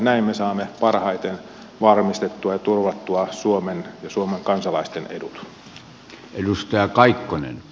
näin me saamme parhaiten varmistettua ja turvattua suomen ja suomen kansalaisten edut